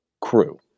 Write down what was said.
crew